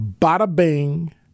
bada-bing